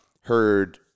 heard